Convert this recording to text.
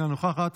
אינה נוכחת,